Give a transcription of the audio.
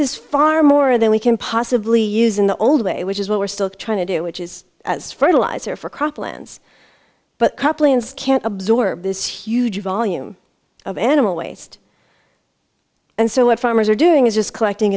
is far more than we can possibly use in the old way which is what we're still trying to do which is as fertilizer for crop plants but can't absorb this huge volume of animal waste and so what farmers are doing is just collecting